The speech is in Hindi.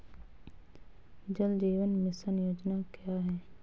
जल जीवन मिशन योजना क्या है?